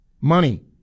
Money